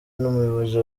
n’umuyobozi